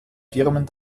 firmen